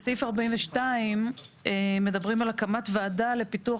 בסעיף 42 מדברים על הקמת ועדה לפיתוח